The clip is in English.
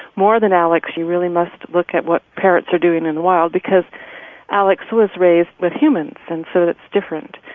more than alex, you really must look at what parrots are doing in the wild, because alex was raised with humans, and so that's different.